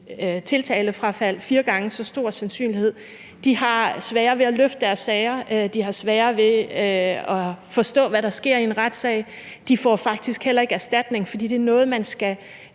tiltalefrafald. Der er fire gange så stor sandsynlighed for det. De har sværere ved at løfte deres sager. De har sværere ved at forstå, hvad der sker i en retssag. De får faktisk heller ikke erstatning, fordi det er noget, man skal